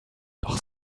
doch